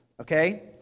okay